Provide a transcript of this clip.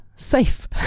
Safe